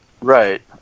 Right